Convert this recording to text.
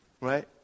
Right